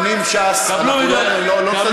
אם יש פה עניינים פנים-ש"ס, לא נסדר אותם עכשיו.